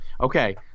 Okay